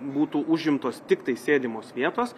būtų užimtos tiktai sėdimos vietos